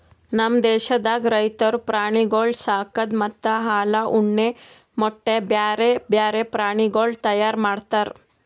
ನಮ್ ದೇಶದಾಗ್ ರೈತುರು ಪ್ರಾಣಿಗೊಳ್ ಸಾಕದ್ ಮತ್ತ ಹಾಲ, ಉಣ್ಣೆ, ಮೊಟ್ಟೆ, ಬ್ಯಾರೆ ಬ್ಯಾರೆ ಪ್ರಾಣಿಗೊಳ್ ತೈಯಾರ್ ಮಾಡ್ತಾರ್